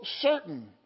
certain